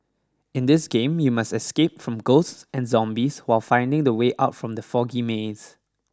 in this game you must escape from ghosts and zombies while finding the way out from the foggy maze